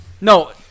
No